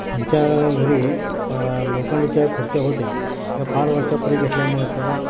आमच्या घरी लोखंडाच्या खुर्च्या होत्या त्या फार वर्षापूर्वी घेतल्यामुळं त्याला